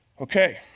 Okay